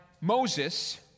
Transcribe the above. Moses